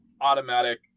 automatic